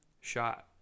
Shot